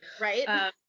Right